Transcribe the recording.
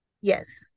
Yes